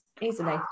easily